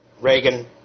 Reagan